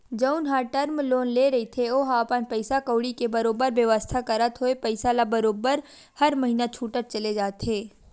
जउन ह term loan ले रहिथे ओहा अपन पइसा कउड़ी के बरोबर बेवस्था करत होय पइसा ल बरोबर हर महिना छूटत चले जाथे